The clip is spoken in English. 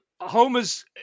Homer's